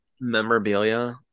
memorabilia